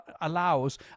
allows